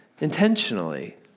intentionally